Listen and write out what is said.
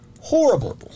horrible